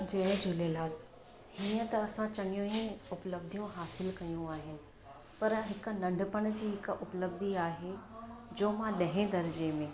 जय झूलेलाल ईअं त असां चङियूं ई उपलब्धियूं हासिलु कयूं आहिनि पर हिकु नंढपण जी हिकु उपलब्धि आहे जो मां ॾहें दर्जे में